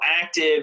active